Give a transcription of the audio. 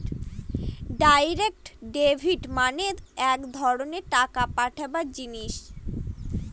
direct debit মানে এক ধরনের টাকা পাঠাবার জিনিস